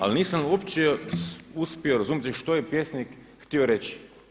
Ali nisam uopće uspio razumjeti što je pjesnik htio reći.